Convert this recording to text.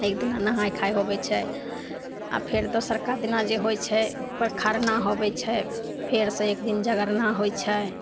एक दिना नहाइ खाइ होबै छै आओर फेर दोसरका दिना जे होइ छै ओकर खरना होबै छै फेर से एक दिन जगरना होइ छै